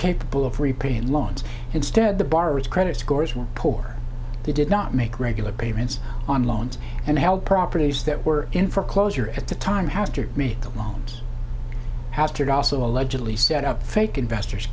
capable of repaying loans instead the borrowers credit scores were poor they did not make regular payments on loans and held properties that were in for closure at the time have to meet the loans hastert also allegedly set up fake investors